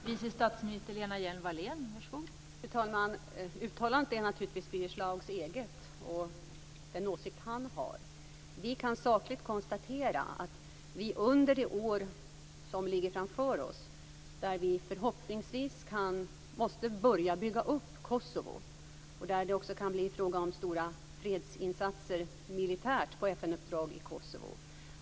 Fru talman! Uttalandet är naturligtvis Birger Schlaugs eget, och det är den åsikt han har. Vi kan sakligt konstatera att vi under de år som ligger framför oss förhoppningsvis måste börja bygga upp Kosovo, och där det också kan bli fråga om stora fredsinsatser militärt på FN-uppdrag i Kosovo.